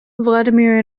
vladimir